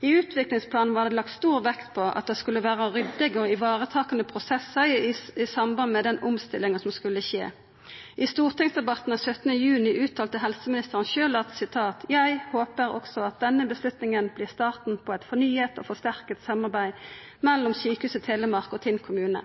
I utviklingsplanen var det lagt stor vekt på at det skulle vera ryddige og varetakande prosessar i samband med den omstillinga som skulle skje. I stortingsdebatten den 17. juni 2014 uttalte helseministeren sjølv: «Jeg håper også at denne beslutningen blir starten på et fornyet og forsterket samarbeid mellom Sykehuset Telemark og Tinn kommune.»